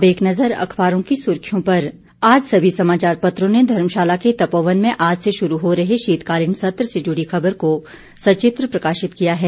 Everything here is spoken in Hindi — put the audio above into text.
अब एक नजर अखबारों की सुर्खियों पर आज सभी समाचापत्रों ने धर्मशाला के तपोवन में आज से शुरू हो रहे शीतकालीन सत्र से जुड़ी खबर को सचित्र प्रकाशित किया है